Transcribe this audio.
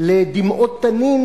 לדמעות תנין,